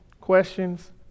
questions